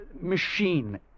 machine